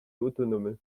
autonome